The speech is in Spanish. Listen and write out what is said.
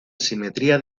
simetría